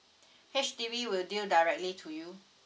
H_D_B will deal directly to you